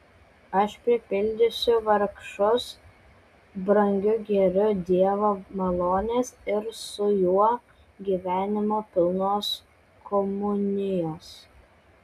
aš pripildysiu vargšus brangiu gėriu dievo malonės ir su juo gyvenimo pilnos komunijos